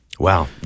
Wow